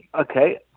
okay